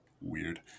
weird